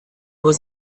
was